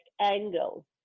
angle